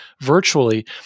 virtually